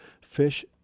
Fish